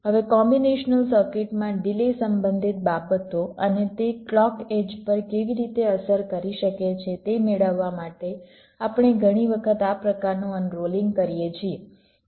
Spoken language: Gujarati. હવે કોમ્બીનેશનલ સર્કિટમાં ડિલે સંબંધિત બાબતો અને તે ક્લૉક એડ્જ પર કેવી રીતે અસર કરી શકે છે તે મેળવવા માટે આપણે ઘણી વખત આ પ્રકારનું અનરોલિંગ કરીએ છીએ